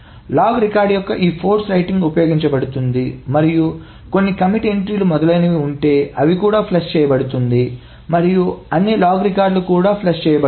log record యొక్క ఈ force writing ఉపయోగించబడుతోంది మరియు కొన్ని కమిట్ ఎంట్రీలు మొదలైనవి ఉంటే అవి కూడా ఫ్లష్ చేయబడుతుంది మరియు అన్ని లాగ్ రికార్డులు కూడా ఫ్లష్ చేయబడుతుంది